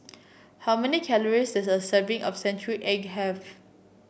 how many calories does a serving of Century Egg have